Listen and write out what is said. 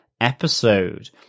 episode